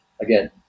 again